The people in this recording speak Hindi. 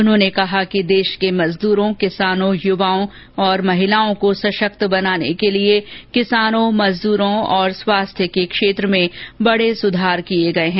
उन्होंने कहा कि देश के मजदूरों किसानों युवाओं और महिलाओं को सशक्त बनाने को लिए किसानों मजदूरों और स्वास्थ्य के क्षेत्र में बड़े सुधार किए गए हैं